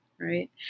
right